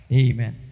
amen